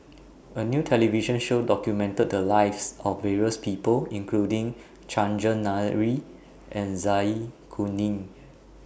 A New television Show documented The Lives of various People including Chandran Nair and Zai Kuning